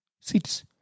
seats